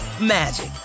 magic